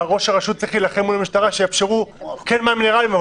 ראש הרשות צריך להילחם מול המשטרה שיאפשרו מים מינרליים,